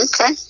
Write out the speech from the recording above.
Okay